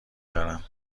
دارم